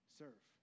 serve